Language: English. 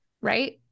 Right